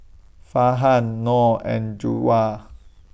Farhan Noh and